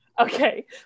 Okay